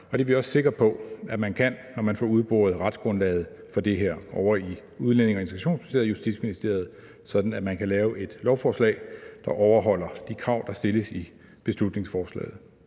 og det er vi også sikre på at det kan, når vi får udboret retsgrundlaget for det her ovre i Udlændinge- og Integrationsministeriet og Justitsministeriet, sådan at man kan lave et lovforslag, der overholder de krav, der stilles i beslutningsforslaget.